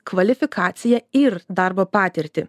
kvalifikaciją ir darbo patirtį